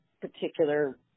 particular